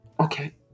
Okay